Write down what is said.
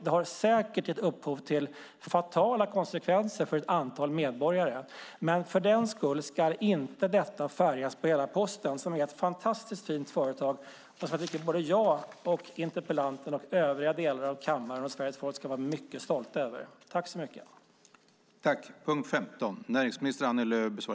Det har säkert gett upphov till fatala konsekvenser för ett antal medborgare. Men för den skull ska detta inte färga av sig på hela Posten som är ett fantastiskt fint företag som jag, interpellanten, övriga i kammaren och svenska folket ska vara mycket stolta över.